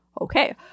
okay